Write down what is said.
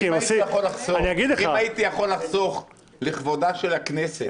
כי אם --- אם הייתי יכול לחסוך לכבודה של הכנסת,